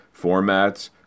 formats